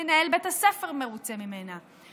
מנהל בית הספר מרוצה ממנה,